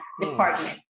department